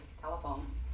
telephone